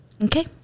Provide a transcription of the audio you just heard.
Okay